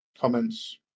Comments